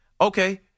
Okay